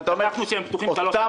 בדקנו את אותם